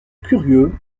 curieux